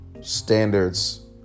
standards